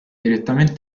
direttamente